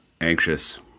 Anxious